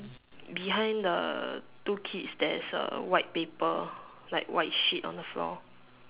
behind the two kids there's a white paper like a white sheet on the floor